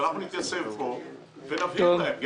ואנחנו נתייצב פה ונבין מהם יחד,